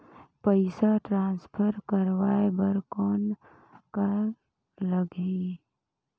पइसा ट्रांसफर करवाय बर कौन का लगही?